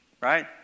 right